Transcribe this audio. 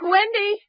Wendy